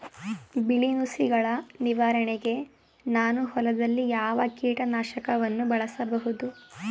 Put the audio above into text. ಬಿಳಿ ನುಸಿಗಳ ನಿವಾರಣೆಗೆ ನಾನು ಹೊಲದಲ್ಲಿ ಯಾವ ಕೀಟ ನಾಶಕವನ್ನು ಬಳಸಬಹುದು?